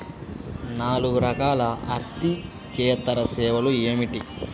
నాలుగు రకాల ఆర్థికేతర సేవలు ఏమిటీ?